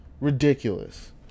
ridiculous